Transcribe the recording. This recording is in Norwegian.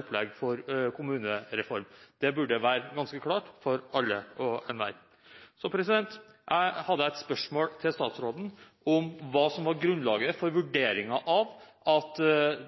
opplegg til kommunereform. Det burde være ganske klart for alle og enhver. Jeg hadde et spørsmål til statsråden om hva som var grunnlaget for vurderingen av at